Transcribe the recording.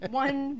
one